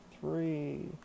three